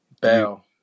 Bell